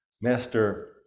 Master